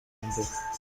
mbere